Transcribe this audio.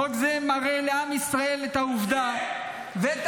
חוק זה מראה לעם ישראל את העובדה ואת